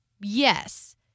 yes